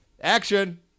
Action